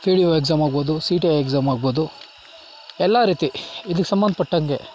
K D O exam ಆಗ್ಬೋದು C D O exam ಆಗ್ಬೋದು ಎಲ್ಲ ರೀತಿ ಇದಕ್ಕೆ ಸಂಬಂಧಪಟ್ಟಂಗೆ